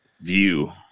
view